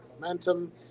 Momentum